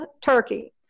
turkey